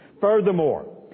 Furthermore